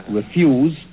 refuse